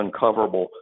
uncoverable